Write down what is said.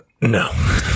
No